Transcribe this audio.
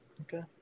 okay